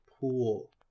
pool